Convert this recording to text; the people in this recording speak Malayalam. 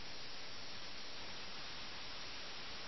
അവരുടെ അഭിനിവേശം കാരണം അവർ ബുദ്ധിമുട്ടുകൾ അനുഭവിച്ചു